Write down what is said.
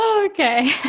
Okay